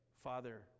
Father